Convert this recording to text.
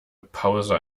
pause